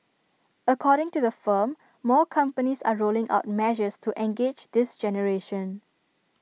according to the firm more companies are rolling out measures to engage this generation